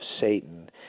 Satan